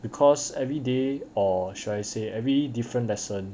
because every day or should I say every different lesson